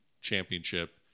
championship